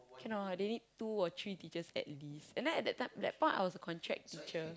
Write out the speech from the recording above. cannot they need two or three teachers at least and at they time at the point I was a contract teacher